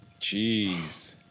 jeez